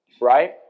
right